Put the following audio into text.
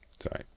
sorry